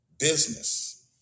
business